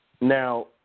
Now